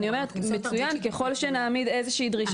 אני אומרת שככל שנעמיד איזו שהיא דרישה